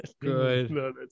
Good